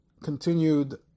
continued